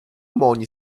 money